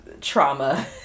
trauma